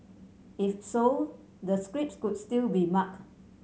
if so the scripts could still be marked